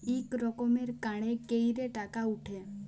ইক রকমের কাড়ে ক্যইরে টাকা উঠে